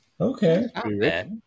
Okay